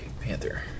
Panther